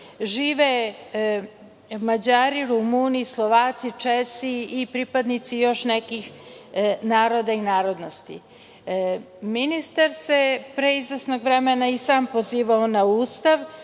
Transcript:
žive Mađari, Rumuni, Slovaci, Česi i pripadnici još nekih naroda i narodnosti. Ministar se pre izvesnog vremena i sam pozivao na Ustav,